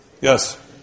Yes